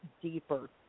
deeper